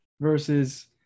versus